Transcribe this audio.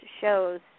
shows